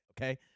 okay